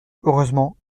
heureusement